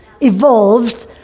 evolved